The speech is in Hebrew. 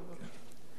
גברתי היושבת-ראש,